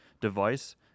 device